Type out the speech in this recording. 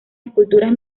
esculturas